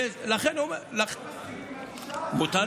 אני לא מסכים עם הגישה הזו.